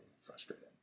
frustrating